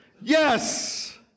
yes